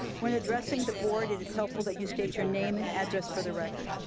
when addressing the board, it is helpful that you state your name and address for the record.